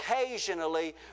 occasionally